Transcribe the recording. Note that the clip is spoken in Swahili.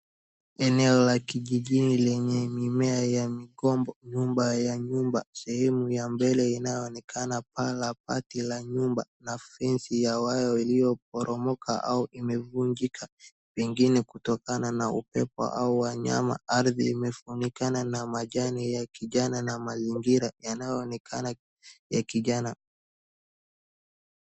Eneo la kijijini lenye mimea ya migomba nyuma ya nyumba, sehemu ya mbele inyoonekana paa la bati la nyumba, na fense ya waya iliyoporomoka au imevunjika, pengine kutokana na upepo au wanyama, ardhi imefunikana na majani ya kijani na mazingira yanayoonekana ya kijani.